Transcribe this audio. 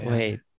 Wait